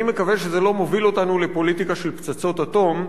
אני מקווה שזה לא מוביל אותנו לפוליטיקה של פצצות אטום.